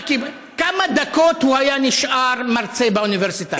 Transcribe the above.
כמה דקות הוא היה נשאר מרצה באוניברסיטה?